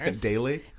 daily